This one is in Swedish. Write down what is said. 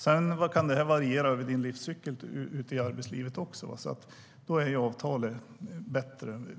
Det kan också variera över livscykeln ute i arbetslivet, och då är avtal bättre.